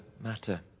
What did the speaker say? matter